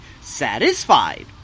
satisfied